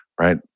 right